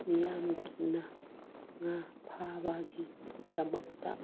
ꯃꯤꯌꯥꯝꯒꯤꯅ ꯉꯥ ꯐꯥꯕꯒꯤ ꯊꯕꯛꯇ